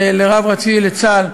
לרב הראשי לצה"ל,